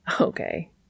okay